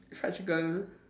fried chicken